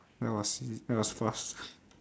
that was e~ that was fast